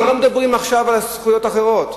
אנחנו לא מדברים עכשיו על זכויות אחרות.